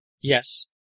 Yes